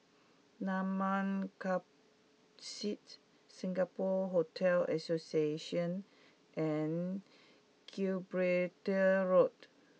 Mamam Campsite Singapore Hotel Association and Gibraltar Road